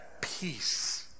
peace